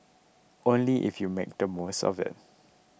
only if you make the most of it